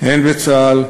הן בצה"ל,